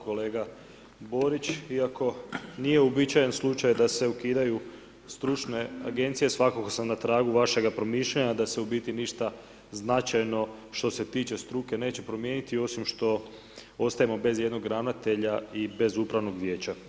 Kolega Borić, iako nije uobičajen slučaj da se ukidaju stručne Agencije, svakako sam na tragu vešega promišljanja da se u bitni ništa značajno, što se tiče struke, neće promijeniti, osim što ostajemo bez jedno ravnatelja i bez Upravnog vijeća.